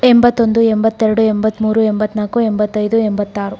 ಎಂಬತ್ತೊಂದು ಎಂಬತ್ತೆರಡು ಎಂಬತ್ತ್ಮೂರು ಎಂಬತ್ತ್ನಾಲ್ಕು ಎಂಬತ್ತೈದು ಎಂಬತ್ತಾರು